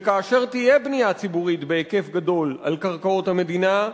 וכאשר תהיה בנייה ציבורית בהיקף גדול על קרקעות המדינה,